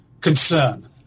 concern